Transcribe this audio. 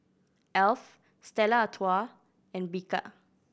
Alf Stella Artoi and Bika